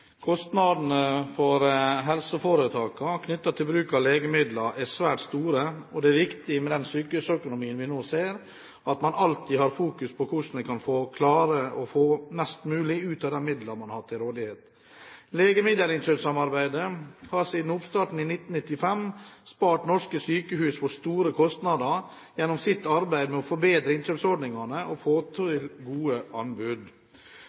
det er viktig, med den sykehusøkonomien vi nå ser, at man alltid har fokus på hvordan en kan klare å få mest mulig ut av de midlene man har til rådighet. Legemiddelinnkjøpssamarbeid har siden oppstarten i 1995 spart norske sykehus for store kostnader gjennom sitt arbeid med å forbedre innkjøpsordningene og få til gode anbud.